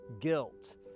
guilt